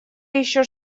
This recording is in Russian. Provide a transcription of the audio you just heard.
еще